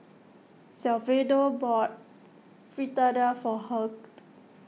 Salvador bought Fritada for Hugh